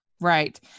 Right